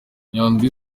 nyandwi